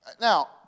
now